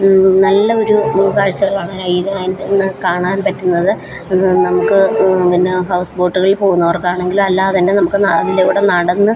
നല്ല ഒരു ഉൾക്കാഴ്ച്ചകൾ കാണാൻ പറ്റുന്നത് ഇത് നമുക്ക് പിന്നെ ഹൗസ് ബോട്ടുകളിൽ പോകുന്നവർക്കാണെങ്കിലും അല്ലാതെ തന്നെ നമുക്ക് അതിൻ്റെ കൂടെ നടന്ന്